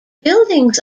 buildings